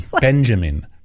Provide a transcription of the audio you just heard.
Benjamin